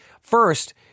First